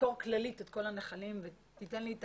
סקירה כללית של כל הנחלים תוכנית שתיתן לי את